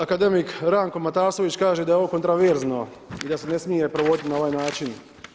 Akademik Ranko Matasović kaže da je ovo kontraverzno i da se ne smije provoditi na ovaj način.